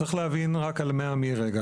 צריך להבין רק על מי עמי רגע,